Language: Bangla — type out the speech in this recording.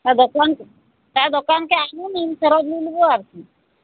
হ্যাঁ দোকান হ্যাঁ দোকানকে আনুন আমি ফেরত নিয়ে নেবো আর কি